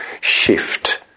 shift